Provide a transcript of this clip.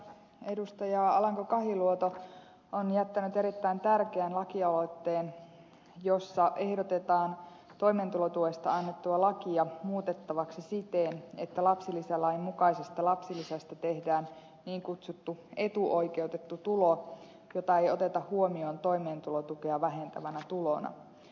alanko kahiluoto on jättänyt erittäin tärkeän lakialoitteen jossa ehdotetaan toimeentulotuesta annettua lakia muutettavaksi siten että lapsilisälain mukaisesta lapsilisästä tehdään niin kutsuttu etuoikeutettu tulo jota ei oteta huomioon toimeentulotukea vähentävänä tulona